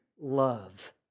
love